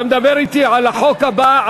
אתה מדבר אתי על החוק הבא,